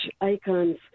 icons